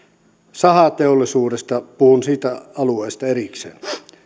sahateollisuudesta puhun siitä alueesta erikseen